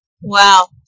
Wow